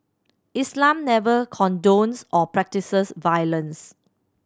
Islam never condones or practises violence